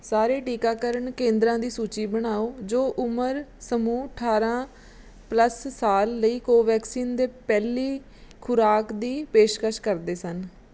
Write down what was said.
ਸਾਰੇ ਟੀਕਾਕਰਨ ਕੇਂਦਰਾਂ ਦੀ ਸੂਚੀ ਬਣਾਓ ਜੋ ਉਮਰ ਸਮੂਹ ਅਠਾਰਾਂ ਪਲਸ ਸਾਲ ਲਈ ਕੋਵੈਕਸਿਨ ਦੇ ਪਹਿਲੀ ਖੁਰਾਕ ਦੀ ਪੇਸ਼ਕਸ਼ ਕਰਦੇ ਹਨ